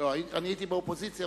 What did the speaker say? הייתי באופוזיציה,